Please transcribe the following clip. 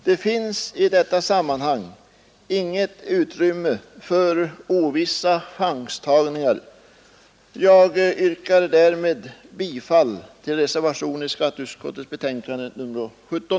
Det finns i detta sammanhang inget utrymme för chanstagningar. Jag yrkar därmed bifall till reservationen vid skatteutskottets betänkande nr 17.